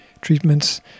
treatments